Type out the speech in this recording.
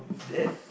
then